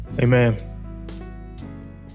Amen